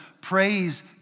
praise